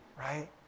Right